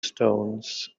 stones